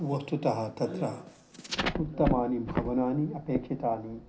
वस्तुतः तत्र उत्तमानि भवनानि अपेक्षितानि